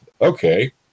okay